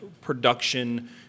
production